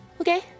Okay